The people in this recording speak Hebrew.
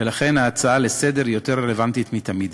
ולכן ההצעה לסדר-היום רלוונטית מתמיד.